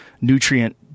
nutrient